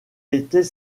était